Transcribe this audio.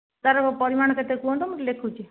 ତା'ର ପରିମାଣ କେତେ କୁହନ୍ତୁ ମୁଁ ଲେଖୁଚି